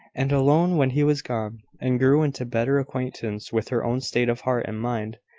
and alone when he was gone and grew into better acquaintance with her own state of heart and mind,